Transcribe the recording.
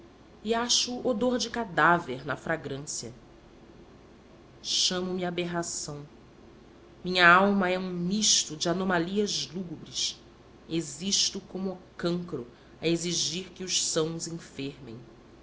e acho odor de cadáver na fragrância chamo-me aberração minha alma é um misto de anomalias lúgubres existo como a cancro a exigir que os sãos enfermem